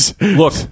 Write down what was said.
Look